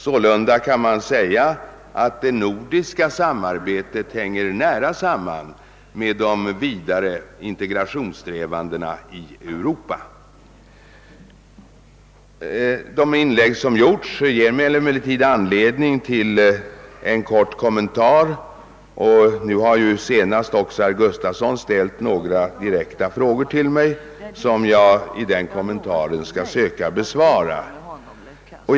Man kan sålunda säga att det nordiska samarbetet hänger nära samman med de vidare integrationssträvandena i Europa. De inlägg som här gjorts ger mig emellertid anledning till en kort kommentar och herr Gustafson har även ställt några direkta frågor till mig, som jag skall försöka besvara vid den kommentaren.